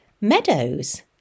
meadows